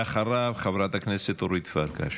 ואחריו, חברת הכנסת אורית פרקש.